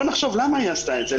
בוא נחשוב למה היא עשתה את זה.